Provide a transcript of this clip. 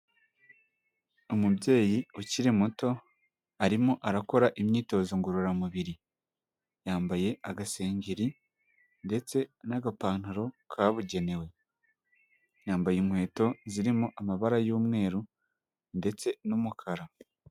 Umubyeyi ukiri muto arimo arakora imyitozo ngororamubiri yambaye agasengeri ndetse n'agapantaro kabugenewe yambaye inkweto zirimo amabara y'umweru ndetse n'umukara.